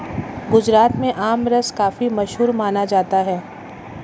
गुजरात में आमरस काफी मशहूर माना जाता है